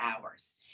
hours